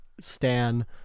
Stan